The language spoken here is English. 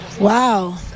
Wow